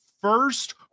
first